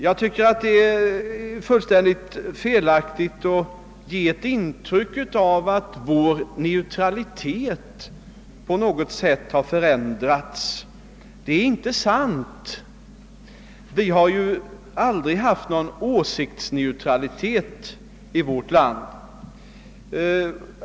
Jag tycker det är fullständigt felaktigt att ge ett intryck av att vår neutralitet på något sätt förändrats. Det är inte sant. Vi har aldrig haft någon åsiktsneutralitet i vårt land.